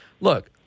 look